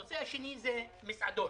הנושא השני הוא המסעדות.